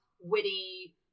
witty